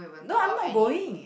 no I'm not going